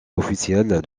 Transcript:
officielle